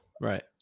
right